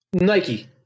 Nike